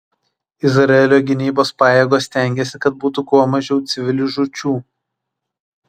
izraelio gynybos pajėgos stengiasi kad būtų kuo mažiau civilių žūčių